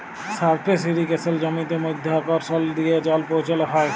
surface ইরিগেসলে জমিতে মধ্যাকরসল দিয়ে জল পৌঁছাল হ্যয়